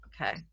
Okay